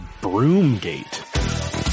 Broomgate